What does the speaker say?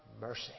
mercy